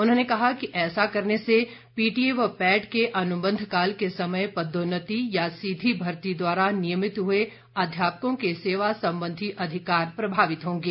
उन्होंने कहा कि ऐसा करने से पीटीए व पैट के अनुबंध काल के समय पदोन्नति या सीधी भर्ती द्वारा नियमित हुए अध्यापकों के सेवा संबंधी अधिकार प्रभावित होंगे